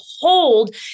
hold